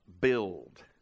build